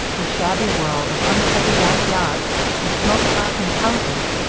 a shabby world of untidy backyards and smoke-blackened houses,